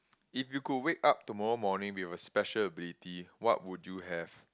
if you could wake up tomorrow morning with a special ability what would you have